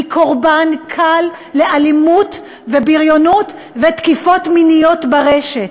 היא קורבן קל לאלימות ובריונות ותקיפות מיניות ברשת.